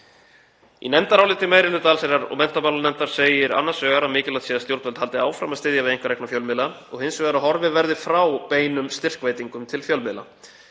Í nefndaráliti meiri hluta allsherjar- og menntamálanefndar segir annars vegar að mikilvægt sé að stjórnvöld haldi áfram að styðja við einkarekna fjölmiðla og hins vegar að horfið verði frá beinum styrkveitingum til fjölmiðla.